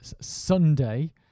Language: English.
Sunday